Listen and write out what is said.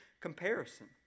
comparison